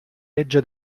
legge